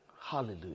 Hallelujah